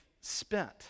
spent